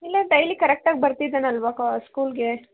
ಇಲ್ಲ ಡೈಲಿ ಕರೆಕ್ಟಾಗಿ ಬರ್ತಿದ್ದಾನಲ್ಲವಾ ಕಾ ಸ್ಕೂಲಿಗೆ